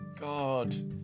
God